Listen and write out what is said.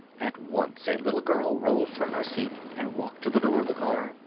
at once a little girl rose from her seat and walked to the door of the car,